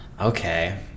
Okay